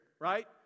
right